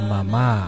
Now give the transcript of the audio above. Mama